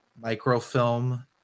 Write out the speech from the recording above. microfilm